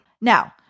Now